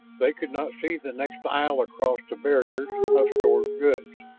they could not see the next aisle across the barriers of stored goods,